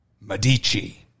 Medici